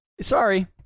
sorry